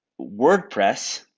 WordPress